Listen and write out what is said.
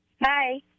Hi